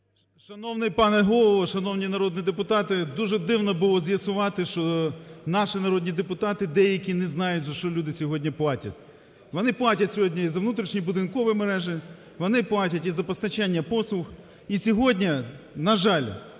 Шановний пане Голово! Шановні народні депутати! Дуже дивно було з'ясувати, що наші народні депутати деякі не знають, за що люди сьогодні платять. Вони платять сьогодні за внутрішньобудинкові мережі, вони платять і за постачання послуг, і сьогодні, на жаль,